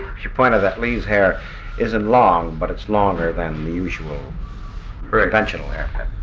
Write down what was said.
should point out that lee's hair isn't long, but it's longer than the usual for a conventional haircut.